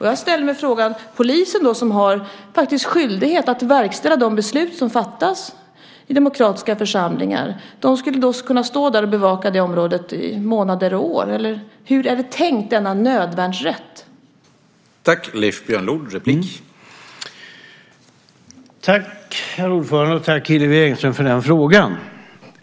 Jag ställer mig frågan: Skulle då polisen, som har skyldighet att verkställa de beslut som fattas i demokratiska församlingar, kunna stå där och bevaka området i månader och år, eller hur är denna nödvärnsrätt tänkt?